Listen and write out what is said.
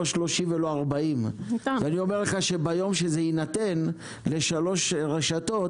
לא 30 ולא 40. אני אומר לך שביום שזה יינתן לשלוש רשתות,